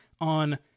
on